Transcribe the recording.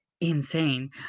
Insane